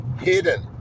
hidden